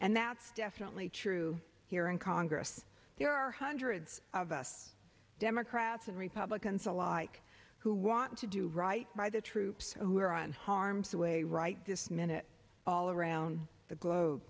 and that's definitely true here in congress there are hundreds of us democrats and republicans alike who want to do right by the troops who are on harm's way right this minute all around the globe